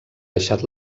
deixat